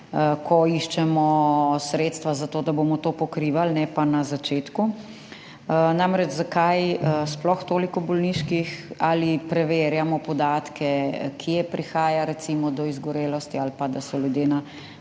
ko iščemo sredstva za to, da bomo to pokrivali, ne pa tam, kjer bi se moral, na začetku. Namreč, zakaj sploh toliko bolniških? Ali preverjamo podatke, kje prihaja, recimo, do izgorelosti ali pa da so ljudje na